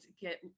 get